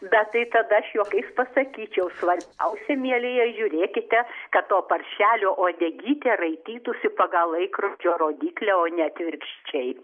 bet tai tada aš juokais pasakyčiau svarbiausia mielieji žiūrėkite kad to paršelio uodegytė raitytųsi pagal laikrodžio rodyklę o ne atvirkščiai